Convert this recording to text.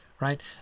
right